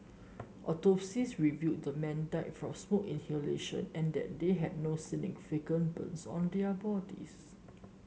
autopsies revealed the men died from smoke inhalation and that they had no significant burns on their bodies